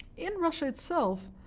in russia itself,